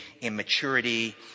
immaturity